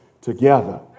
together